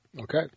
okay